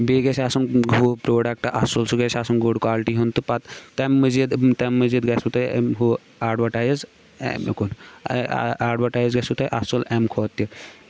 بیٚیہِ گَژھِ آسُن ہُہ پرٛوڈَکٹ اَصل سُہ گژھِ آسُن گُڈ کالٹی ہُنٛد تہٕ پَتہٕ تَمہِ مٔزیٖد تَمہِ مٔزیٖد گژھوٕ تۄہہِ ہُہ اَٮ۪ڈوَٹایز اے مےٚ کُن اَٮ۪ڈوَٹایز گژھوٕ تۄہہِ اَصٕل اَمہِ کھۄتہٕ تہِ